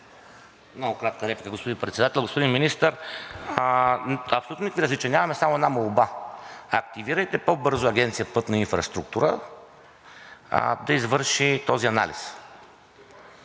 Много кратка реплика, господин Председател. Господин Министър, абсолютно никакви различия нямаме. Само една молба: активирайте по-бързо Агенция „Пътна инфраструктура“ да извърши този анализ.